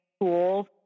tools